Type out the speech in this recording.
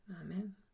Amen